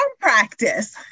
practice